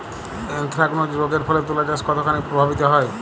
Anthracnose রোগ এর ফলে তুলাচাষ কতখানি প্রভাবিত হয়?